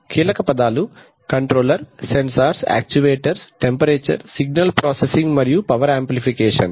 కీలక పదాలు controller sensors actuators temperature signal processing మరియు పవర్ ఆంప్లిఫికేషన్